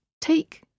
Take